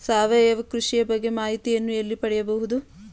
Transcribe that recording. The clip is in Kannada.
ಸಾವಯವ ಕೃಷಿಯ ಬಗ್ಗೆ ಮಾಹಿತಿಯನ್ನು ಎಲ್ಲಿ ಪಡೆಯಬೇಕು?